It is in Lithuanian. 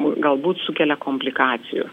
galbūt sukelia komplikacijų